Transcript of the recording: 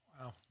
Wow